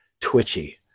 twitchy